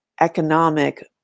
economic